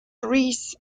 reese